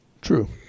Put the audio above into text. True